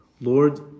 Lord